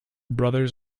brothers